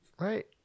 Right